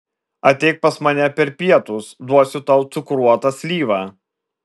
ateik pas mane per pietus duosiu tau cukruotą slyvą